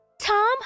Tom